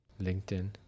LinkedIn